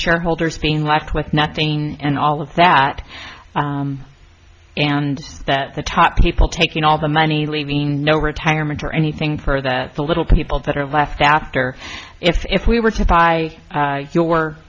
shareholders being walk with nothing and all of that and that the top people taking all the money leaving no retirement or anything for that the little people that are left after if if we were to buy your your